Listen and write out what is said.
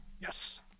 Yes